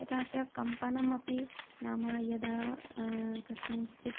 तथा च कम्पनम् अपि नाम यदा कस्मिंश्चित्